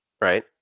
right